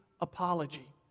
apology